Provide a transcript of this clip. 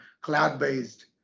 cloud-based